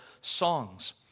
songs